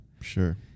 Sure